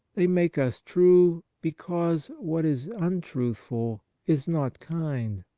they make us true, because what is un truthful is not kind.